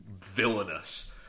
villainous